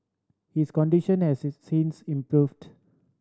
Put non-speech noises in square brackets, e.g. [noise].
his condition has [unintelligible] since improved